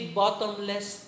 bottomless